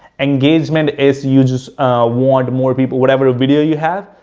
engagement is you just want more people, whatever video you have,